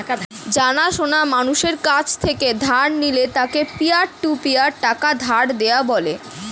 জানা সোনা মানুষের কাছ থেকে ধার নিলে তাকে পিয়ার টু পিয়ার টাকা ধার দেওয়া বলে